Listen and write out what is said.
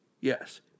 yes